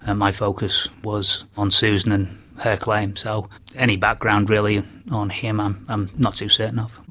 ah my focus was on susan and her claim, so any background really on him um i'm not too certain of.